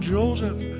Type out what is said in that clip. Joseph